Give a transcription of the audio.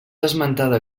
esmentada